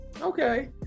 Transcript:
Okay